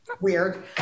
weird